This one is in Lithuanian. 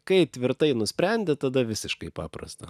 kai tvirtai nusprendi tada visiškai paprasta